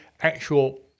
actual